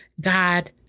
God